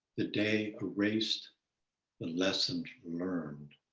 the day erased the lessons learned.